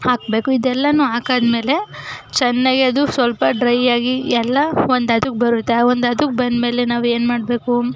ಹಾಕಬೇಕು ಇದೆಲ್ಲನೂ ಹಾಕಾದ್ಮೇಲೆ ಚೆನ್ನಾಗೆ ಅದು ಸ್ವಲ್ಪ ಡ್ರೈಯಾಗಿ ಎಲ್ಲ ಒಂದು ಅದಕ್ಕೆ ಬರುತ್ತೆ ಆ ಒಂದು ಅದಕ್ಕೆ ಬಂದ್ಮೇಲೆ ನಾವೇನು ಮಾಡಬೇಕು